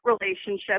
relationship